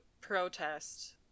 protest